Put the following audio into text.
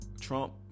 Trump